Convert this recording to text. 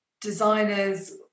designers